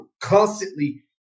constantly